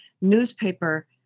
newspaper